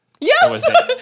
Yes